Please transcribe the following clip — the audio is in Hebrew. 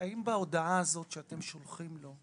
האם בהודעה הזאת שאתם שולחים לו,